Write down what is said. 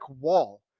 wall